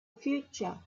future